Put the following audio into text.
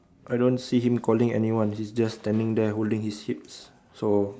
I don't see him calling anyone he's just standing there holding his hips so